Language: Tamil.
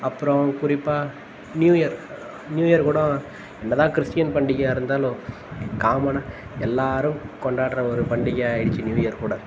அப்புறம் குறிப்பாக நியூ இயர் நியூ இயர் கூட என்னதான் கிறிஸ்டியன் பண்டிகையாக இருந்தாலும் காமனாக எல்லாேரும் கொண்டாடுற ஒரு பண்டிகையாகிடுச்சி நியூ இயர் கூட